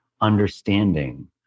understanding